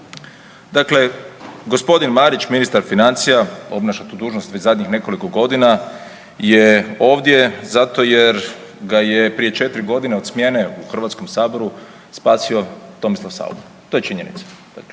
Dakle, gospodin Marić, ministar financija obnaša tu dužnost već zadnjih nekoliko godina je ovdje zato jer ga je prije 4 godine od smjene u Hrvatskom saboru spasio Tomislav Saucha. To je činjenica,